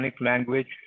language